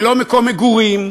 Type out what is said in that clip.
ללא מקום מגורים,